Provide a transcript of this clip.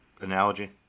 analogy